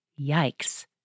Yikes